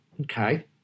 Okay